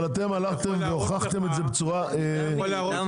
אבל אתם הלכתם והוכחתם את בצורה --- לא